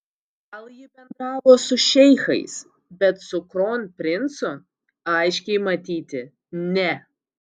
gal ji bendravo su šeichais bet su kronprincu aiškiai matyti ne